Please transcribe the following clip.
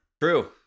True